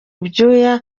icyuya